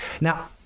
Now